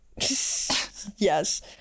Yes